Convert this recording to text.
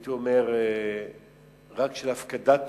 הייתי אומר רק של הפקדת תוכנית,